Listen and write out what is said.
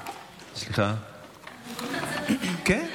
כן,